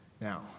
Now